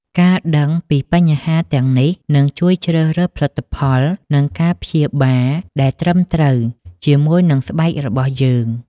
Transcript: ការដឹងពីបញ្ហាទាំងនេះនឹងជួយជ្រើសរើសផលិតផល និងការព្យាបាលដែលត្រឹមត្រូវជាមួយនឹងស្បែករបស់យើង ។